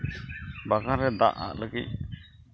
ᱵᱟᱜᱽᱣᱟᱱ ᱨᱮ ᱫᱟᱜᱼᱟᱜ ᱞᱟᱹᱜᱤᱫ